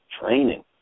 training